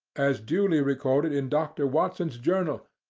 as duly recorded in dr. watson's journal,